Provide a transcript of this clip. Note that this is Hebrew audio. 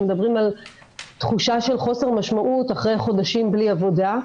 שמדברים על תחושה של חוסר משמעות אחרי חודשים בלי עבודה,